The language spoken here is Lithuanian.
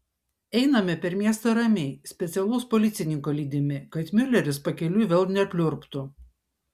einame per miestą ramiai specialaus policininko lydimi kad miuleris pakeliui vėl nepliurptų